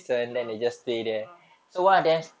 ah ah